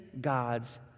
God's